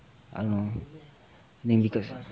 I don't know make me